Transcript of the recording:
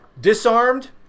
disarmed